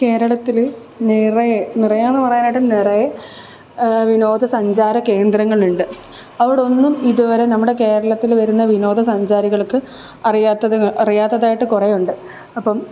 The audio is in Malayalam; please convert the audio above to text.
കേരളത്തിൽ നിറയെ നിറയെ എന്ന് പറയാനായിട്ട് നിറയെ വിനോദ സഞ്ചാര കേന്ദ്രങ്ങളുണ്ട് അവിടെയൊന്നും ഇതുവരെ നമ്മുടെ കേരളത്തിൽ വരുന്ന വിനോദസഞ്ചാരികൾക്ക് അറിയാത്തത് അറിയാത്തതായിട്ട് കുറെ ഉണ്ട് അപ്പം